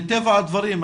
מטבע הדברים,